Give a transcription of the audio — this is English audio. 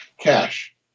cash